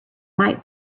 might